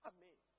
Amen